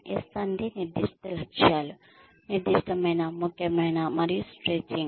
S అంటే నిర్దిష్ట లక్ష్యాలు నిర్దిష్టమైన ముఖ్యమైన మరియు స్త్రెచ్చింగ్